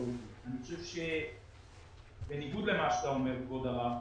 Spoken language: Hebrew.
אני חושב שבניגוד למה שאתה אומר, כבוד הרב,